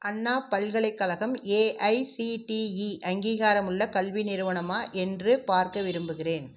அண்ணா பல்கலைக்கழகம் ஏஐசிடிஇ அங்கீகாரமுள்ள கல்வி நிறுவனம் என்று பார்க்க விரும்புகிறேன்